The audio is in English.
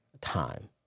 time